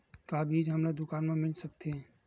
का बीज हमला दुकान म मिल सकत हे?